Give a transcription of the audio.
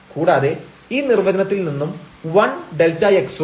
കൂടാതെ ഈ നിർവചനത്തിൽ നിന്നും 1Δx ഉം